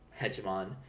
hegemon